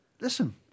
listen